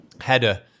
header